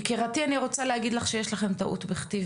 יקירתי אני רוצה להגיד לך שיש לכם טעות בכתיב